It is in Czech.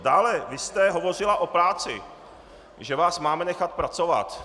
Dál, vy jste hovořila o práci, že vás máme nechat pracovat.